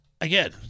Again